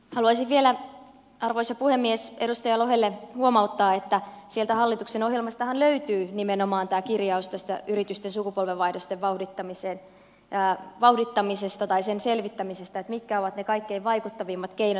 haluaisin vielä arvoisa puhemies edustaja lohelle huomauttaa että hallituksen ohjelmastahan löytyy nimenomaan kirjaus tästä yritysten sukupolvenvaihdosten vauhdittamisesta tai sen selvittämisestä mitkä ovat ne kaikkein vaikuttavimmat keinot